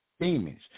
demons